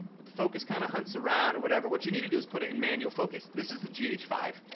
but the focus kind of hunts around or whatever what you need to do is put it in manual focus. this is a g h five.